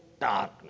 darkness